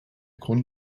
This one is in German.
grund